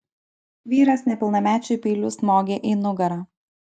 vyras nepilnamečiui peiliu smogė į nugarą